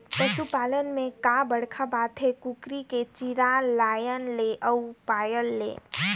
पसू पालन में का बड़खा बात हे, कुकरी के चिया लायन ले अउ पायल ले